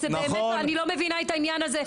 ובאמת אני לא מבינה את העניין הזה,